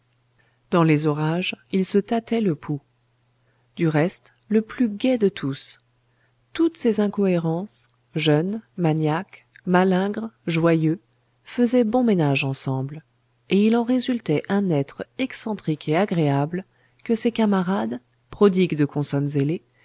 dans les orages il se tâtait le pouls du reste le plus gai de tous toutes ces incohérences jeune maniaque malingre joyeux faisaient bon ménage ensemble et il en résultait un être excentrique et agréable que ses camarades prodigues de consonnes ailées